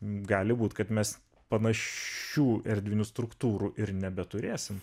gali būt kad mes panašių erdvinių struktūrų ir nebeturėsim